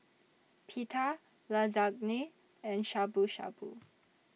Pita Lasagne and Shabu Shabu